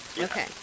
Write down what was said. Okay